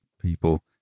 people